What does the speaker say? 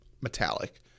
metallic